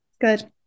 Good